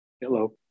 hello